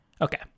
Okay